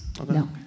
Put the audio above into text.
no